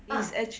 mm